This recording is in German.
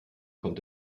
kommt